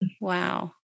Wow